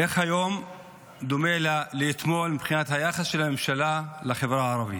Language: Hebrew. איך היום דומה לאתמול מבחינת היחס של הממשלה לחברה הערבית.